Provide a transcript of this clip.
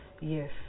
yes